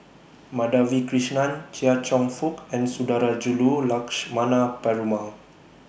Madhavi Krishnan Chia Cheong Fook and Sundarajulu Lakshmana Perumal